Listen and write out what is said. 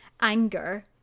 anger